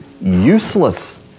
useless